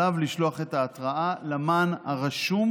עליו לשלוח את ההתראה למען הרשום